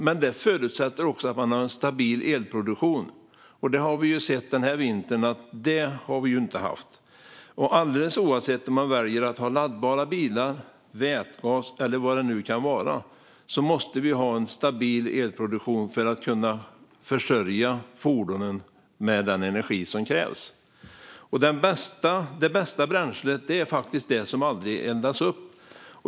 Men det förutsätter att det finns en stabil elproduktion, vilket inte finns. Det har vi ju sett den här vintern. Oavsett om man väljer laddbara bilar, vätgasbilar eller något annat måste det finnas en stabil elproduktion så att man kan försörja fordonen med den energi som krävs. Det bästa bränslet är det som aldrig eldas upp.